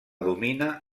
domina